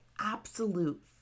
absolute